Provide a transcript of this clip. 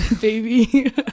baby